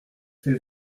c’est